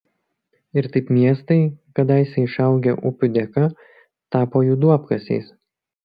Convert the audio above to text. ir taip miestai kadaise išaugę upių dėka tapo jų duobkasiais